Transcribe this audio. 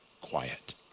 quiet